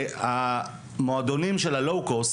המועדונים של הלואו-קוסט,